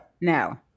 No